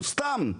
סתם,